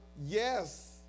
yes